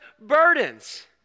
burdens